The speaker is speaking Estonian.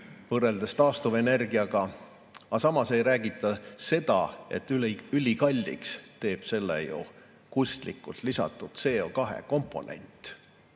võrreldes taastuvenergiaga, samas ei räägita sellest, et ülikalliks teeb selle ju kunstlikult lisatud CO2‑komponent.